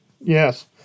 Yes